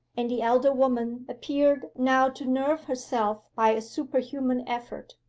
and the elder woman appeared now to nerve herself by a superhuman effort.